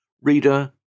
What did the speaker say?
Reader